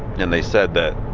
and they said that